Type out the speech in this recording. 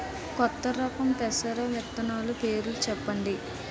కొత్త రకం పెసర విత్తనాలు పేర్లు చెప్పండి?